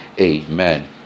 amen